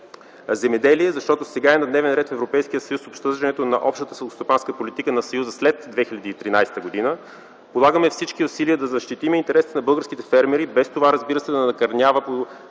Земеделие, защото сега е на дневен ред в Европейския съюз обсъждането на общата селскостопанска политика на Съюза след 2013 г. Полагаме всички усилия да защитим интересите на българските фермери без това, разбира се, да накърнява по